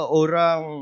orang